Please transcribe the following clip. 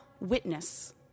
witness